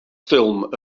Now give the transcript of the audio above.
ffilm